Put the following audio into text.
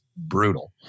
Brutal